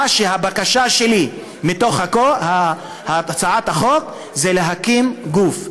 הבקשה שלי בתוך הצעת החוק היא להקים גוף,